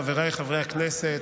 חבריי חברי הכנסת,